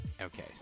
Okay